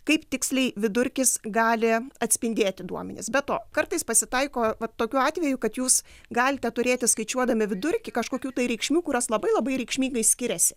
kaip tiksliai vidurkis gali atspindėti duomenis be to kartais pasitaiko tokių atvejų kad jūs galite turėti skaičiuodami vidurkį kažkokių tai reikšmių kurios labai labai reikšmingai skiriasi